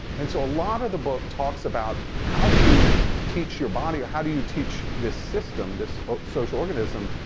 and so a lot of the book talks about how do you teach your body or how do you teach this system, this social organism,